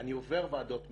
אני עובר ועדות מכרזים,